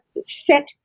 set